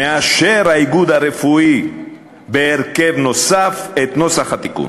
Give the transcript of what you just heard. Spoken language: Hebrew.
האיגוד הרפואי מאשר בהרכב נוסף את נוסח התיקון.